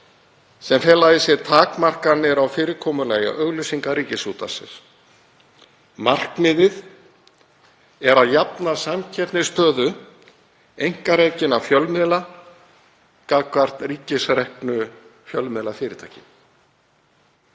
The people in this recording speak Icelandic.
sem fela í sér takmarkanir á fyrirkomulagi auglýsingar Ríkisútvarpsins. Markmiðið er að jafna samkeppnisstöðu einkarekinna fjölmiðla gagnvart ríkisreknu fjölmiðlafyrirtæki.